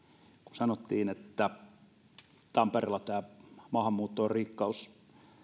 sanottiin että tampereella tämä maahanmuutto on rikkaus